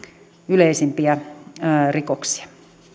yleisimpiä rikoksia